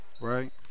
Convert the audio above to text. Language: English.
right